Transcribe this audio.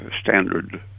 standard